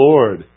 Lord